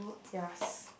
yas